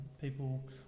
people